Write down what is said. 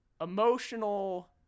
emotional